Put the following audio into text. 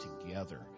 together